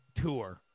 Tour